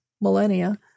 millennia